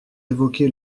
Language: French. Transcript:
évoqué